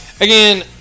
Again